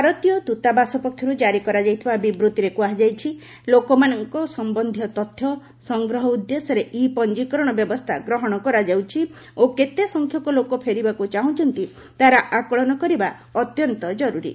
ଭାତରୀୟ ଦୃତାବାସ ପକ୍ଷରୁ ଜାରି କରାଯାଇଥିବା ବିବୃତ୍ତିରେ କୁହାଯାଇଛି ଲୋକମାନଙ୍କ ସମ୍ଭନ୍ଧୀୟ ତଥ୍ୟ ସଂଗ୍ରହ ଉଦ୍ଦେଶ୍ୟରେ ଇ ପଞ୍ଜିକରଣ ବ୍ୟବସ୍ଥା ଗ୍ରହଣ କରାଯାଉଛି ଓ କେତେସଂଖ୍ୟକ ଲୋକ ଫେରିବାକୁ ଚାହୁଁଛନ୍ତି ତାହାର ଆକଳନ କରିବା ଅତ୍ୟନ୍ତ ଜରୁରୀ